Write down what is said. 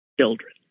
children